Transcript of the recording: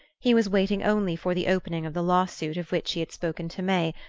he was waiting only for the opening of the law-suit of which he had spoken to may,